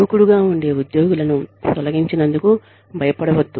దూకుడుగా ఉండే ఉద్యోగులను తొలగించినందుకు భయపడవద్దు